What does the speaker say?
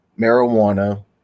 marijuana